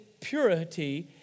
purity